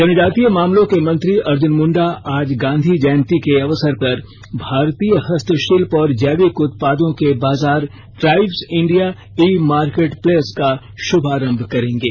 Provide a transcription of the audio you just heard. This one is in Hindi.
जनजातीय मामलों के मंत्री अर्जुन मुंडा आज गांधी जयंती के अवसर पर भारतीय हस्तशिल्प और जैविक उत्पादों के बाजार ट्राइब्स इंडिया ई मार्केटप्लेस का शुभारंभ करेंगे